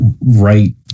right